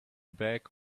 bag